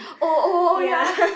oh oh oh ya